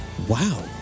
Wow